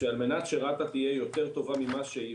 שעל מנת שרת"א תהיה יותר טובה ממה שהיא,